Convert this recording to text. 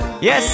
Yes